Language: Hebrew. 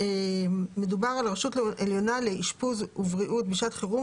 הרשות העליונה לאשפוז ובריאות בשעת חירום